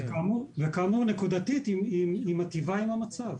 וכאמור, נקודתית היא מיטיבה עם המצב.